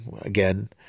Again